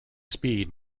speed